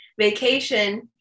vacation